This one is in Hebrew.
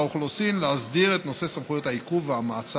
חברת הכנסת נאוה בוקר,